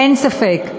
אין ספק.